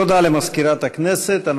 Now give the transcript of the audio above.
תודה למזכירת הכנסת.